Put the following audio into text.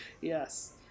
yes